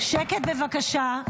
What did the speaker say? שקט בבקשה.